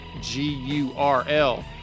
G-U-R-L